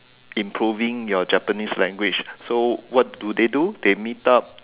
improving your Japanese language so what do they do they meet up